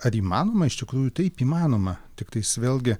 ar įmanoma iš tikrųjų taip įmanoma tiktais vėlgi